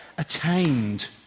attained